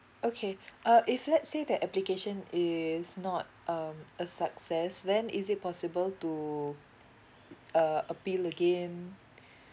okay uh if let's say the application is not um a success then is it possible to uh appeal again